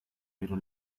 pero